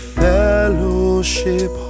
fellowship